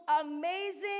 amazing